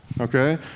Okay